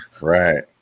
right